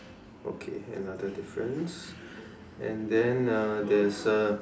okay here another difference and then uh there's a